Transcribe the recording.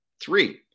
Three